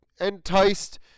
enticed